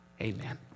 amen